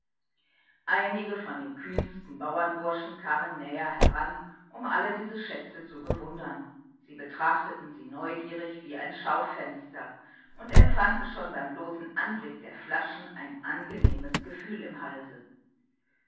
einige von den kühnsten bauernburschen kamen näher heran um alle diese schätze zu bewundern sie betrachteten sie neugierig wie ein schaufenster und empfanden schon beim bloßen anblick der flaschen ein angenehmes gefühl im halse